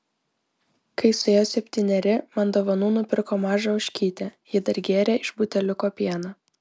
kai suėjo septyneri man dovanų nupirko mažą ožkytę ji dar gėrė iš buteliuko pieną